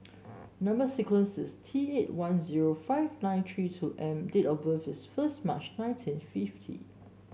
number sequence is T eight one zero five nine three two M date of birth is first March nineteen fifty